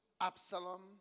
Absalom